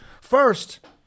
first